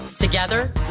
Together